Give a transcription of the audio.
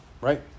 right